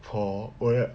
for what's that